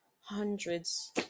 hundreds